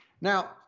Now